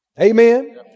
Amen